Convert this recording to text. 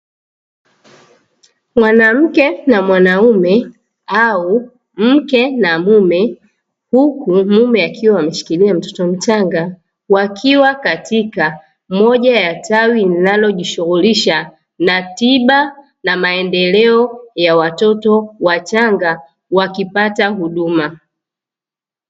Mwanamke na mwanaume au mke na mume, huku mume akiwa amemshikilia mtoto mchanga wakiwa katika moja ya tawi linalo jishughulisha na tiba na maendeleo ya watoto wachanga wakipata huduma.